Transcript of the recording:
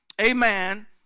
amen